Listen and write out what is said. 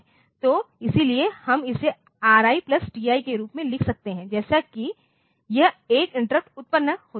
तो इसीलिए हम इसे RI TI के रूप में लिख सकते हैं जैसे कि यह 1 इंटरप्ट उत्पन्न होता है